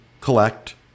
collect